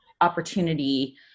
opportunity